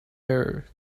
error